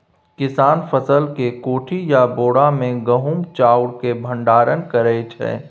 किसान फसल केँ कोठी या बोरा मे गहुम चाउर केँ भंडारण करै छै